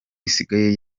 isigaye